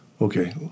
okay